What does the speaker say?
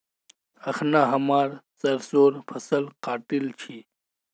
अखना हमरा सरसोंर फसल काटील छि